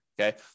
Okay